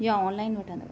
या ऑनलाइन वठंदव